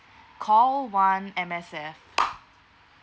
call one M_S_F